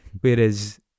whereas